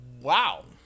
Wow